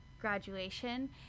graduation